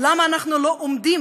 למה אנחנו עומדים